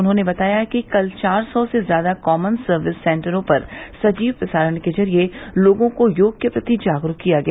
उन्होंने बताया कि कल चार सौ से ज़्यादा कॉमन सर्विस सेन्टरों पर सजीव प्रसारण के ज़रिये लोगों को योग के प्रति जागरूक किया गया